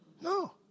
No